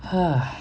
!hais!